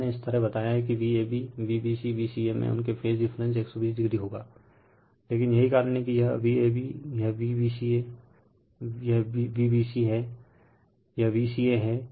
तो मैंने इसी तरह बताया हैं कि Vab Vbc Vca में उनके फेज डिफरेंस 120o होगा लेकिन यही कारण है कि यह Vab यह Vbc है यह Vca है